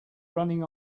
running